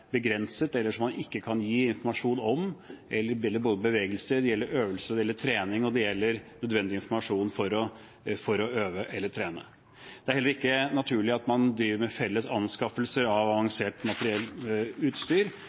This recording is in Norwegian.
begrenset eller som man ikke kan gi informasjon om, det gjelder bevegelser, det gjelder øvelser, det gjelder trening og det gjelder nødvendig informasjon for å øve eller trene. Det er heller ikke naturlig at man driver med felles anskaffelser av